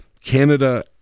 Canada